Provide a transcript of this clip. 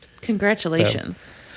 congratulations